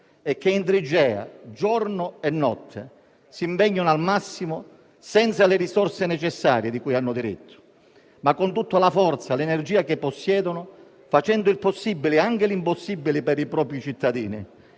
e che in trincea, giorno e notte, si impegnano al massimo senza le risorse necessarie cui hanno diritto, ma con tutta la forza e l'energia che possiedono, facendo il possibile e anche l'impossibile per i propri cittadini